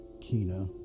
Kina